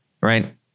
right